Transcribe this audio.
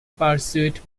pursued